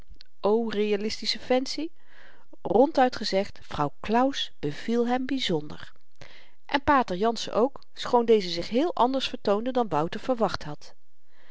o realistische fancy ronduit gezegd vrouw claus beviel hem byzonder en pater jansen ook schoon deze zich heel anders vertoonde dan wouter verwacht had